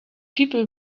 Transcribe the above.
people